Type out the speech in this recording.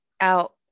out